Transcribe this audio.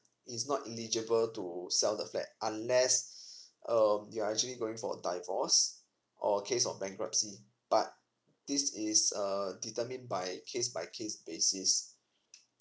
it's not eligible to sell the flat unless um you are actually going for divorce or case of bankruptcy but this is err determined by case by case basis